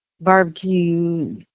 barbecue